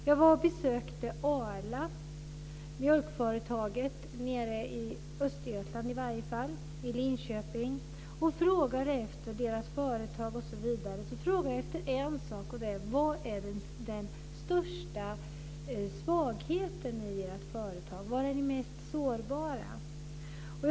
Jag besökte mjölkföretaget Arla i Linköping och ställde då frågor om företaget osv. Jag frågade också vad som är den största svagheten i företaget, vad som är mest sårbart för företaget.